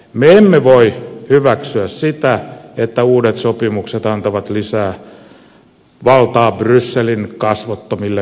me emme voi hyväksyä sitä että uudet sopimukset antavat lisää valtaa brysselin kasvottomille byrokraateille